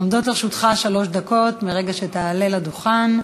עומדות לרשותך שלוש דקות מרגע שתעלה לדוכן.